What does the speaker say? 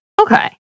Okay